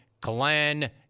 Glenn